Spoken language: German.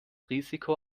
risiko